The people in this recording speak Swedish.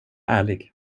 ärlig